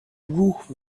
روح